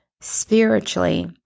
spiritually